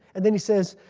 and then he says,